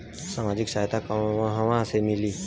सामाजिक सहायता कहवा से मिली?